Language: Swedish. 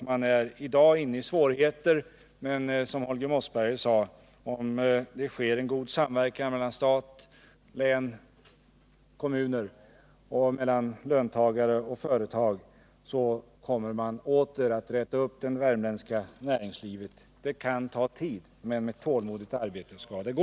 Man är i dag i svårigheter, men om det, som Holger Mossberg sade, sker en god samverkan mellan stat, län och kommuner och mellan löntagare och företag kommer man åter att räta upp det värmländska näringslivet. Det kan ta tid, men med tålmodigt arbete skall det gå.